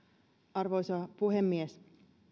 arvoisa puhemies